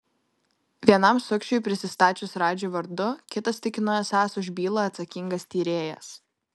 vienam sukčiui prisistačius radži vardu kitas tikino esąs už bylą atsakingas tyrėjas